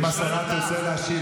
אם השרה תרצה להשיב,